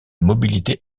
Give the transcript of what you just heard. mobilité